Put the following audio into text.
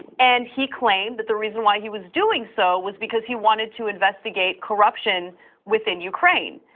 and he claimed that the reason why he was doing so was because he wanted to investigate corruption within ukraine.